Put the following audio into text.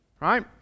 right